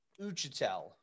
Uchitel